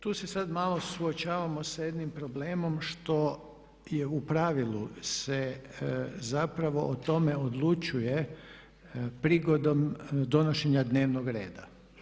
Tu se sad malo suočavamo sa jednim problemom što je u pravilu se zapravo o tome odlučuje prigodom donošenja dnevnog reda.